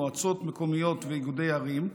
מועצות מקומיות ואיגודי ערים,